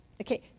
Okay